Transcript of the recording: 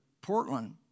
Portland